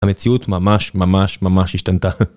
המציאות ממש ממש ממש השתנתה.